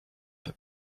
peu